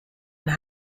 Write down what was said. and